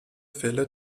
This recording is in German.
fälle